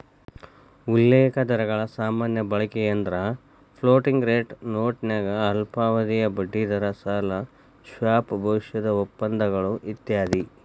ಉಲ್ಲೇಖ ದರಗಳ ಸಾಮಾನ್ಯ ಬಳಕೆಯೆಂದ್ರ ಫ್ಲೋಟಿಂಗ್ ರೇಟ್ ನೋಟನ್ಯಾಗ ಅಲ್ಪಾವಧಿಯ ಬಡ್ಡಿದರ ಸಾಲ ಸ್ವಾಪ್ ಭವಿಷ್ಯದ ಒಪ್ಪಂದಗಳು ಇತ್ಯಾದಿ